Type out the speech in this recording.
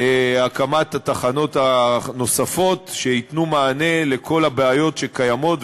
הקמת התחנות הנוספות שייתנו מענה לכל הבעיות שקיימות,